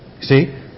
See